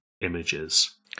images